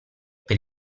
per